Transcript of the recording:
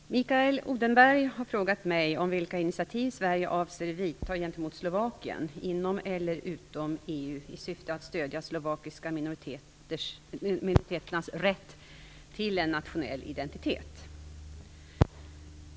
Fru talman! Mikael Odenberg har frågat mig vilka initiativ Sverige avser vidta gentemot Slovakien - inom eller utom EU - i syfte att stödja de slovakiska minoriteternas rätt till en nationell identitet.